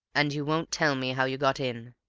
and you won't tell me how you got in?